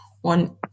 one